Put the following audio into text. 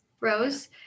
Rose